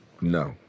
No